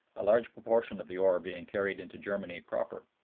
a large proportion of the ore being carried into germany proper.